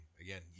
Again